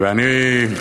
ואני,